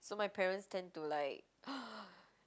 so my parents tend to like